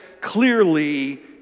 clearly